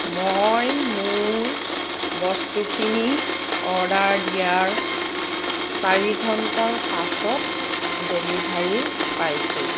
মই মোৰ বস্তুখিনি অৰ্ডাৰ দিয়াৰ চাৰি ঘণ্টাৰ পাছত ডেলিভাৰী পাইছোঁ